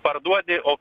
parduodi o